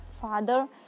father